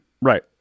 Right